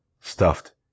stuffed